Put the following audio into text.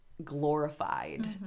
glorified